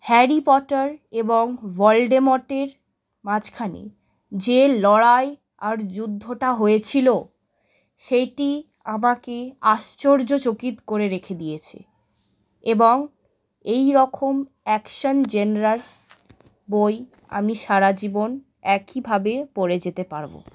Harry Potter এবং ভল্ডেমটের মাঝখানে যে লড়াই আর যুদ্ধটা হয়েছিলো সেইটি আমাকে আশ্চর্য চকিত করে রেখে দিয়েছে এবং এই রকম অ্যাকশান জেনরার বই আমি সারা জীবন একইভাবে পড়ে যেতে পারবো